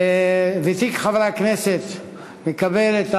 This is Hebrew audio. ותיק חברי הכנסת מקבל,